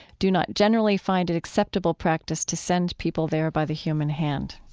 do not generally find it acceptable practice to send people there by the human hand.